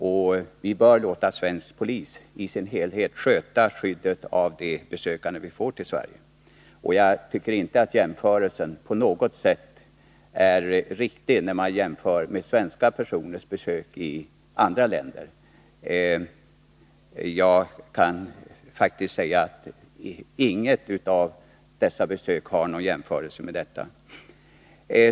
Vi bör låta svensk polis sköta skyddet i dess helhet av de besökande vi får till Sverige. Jag tycker inte att jämförelsen med svenska officiella personers besök i andra länder på något sätt är riktig. Jag kan faktiskt säga att inget sådant besök kan jämföras med detta.